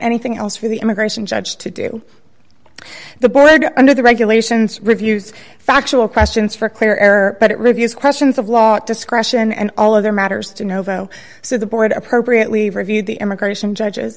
anything else for the immigration judge to do the board under the regulations refuse factual questions for clear air but it reviews questions of law at discretion and all other matters to novo so the board appropriately reviewed the immigration judges